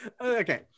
Okay